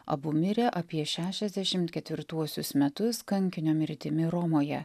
abu mirė apie šešiasdešimt ketvirtuosius metus kankinio mirtimi romoje